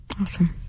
Awesome